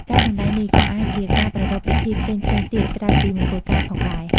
ការសម្តែងនេះក៏អាចជាការប្រារព្ធពិធីផ្សេងៗទៀតក្រៅពីមង្គលការផងដែរ។